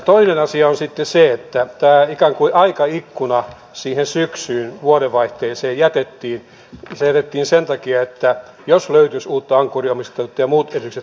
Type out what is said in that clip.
toinen asia on se että tämä ikään kuin aikaikkuna syksyyn vuodenvaihteeseen jätettiin sen takia että jos löytyisi uutta ankkuriomistajuutta ja muut edellytykset täyttyvät